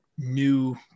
new